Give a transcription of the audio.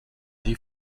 die